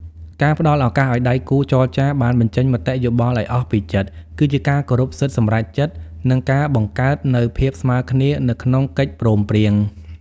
ការផ្តល់ឱកាសឱ្យដៃគូចរចាបានបញ្ចេញមតិយោបល់ឱ្យអស់ពីចិត្ត គឺជាការគោរពសិទ្ធិសម្រេចចិត្ត និងការបង្កើតនូវភាពស្មើគ្នានៅក្នុងកិច្ចព្រមព្រៀង។